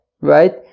Right